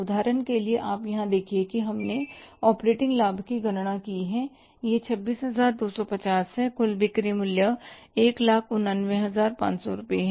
उदाहरण के लिए आप यहाँ देखिए कि हमने ऑपरेटिंग लाभ की गणना की है यह 26250 है कुल बिक्री मूल्य 189500 रुपये है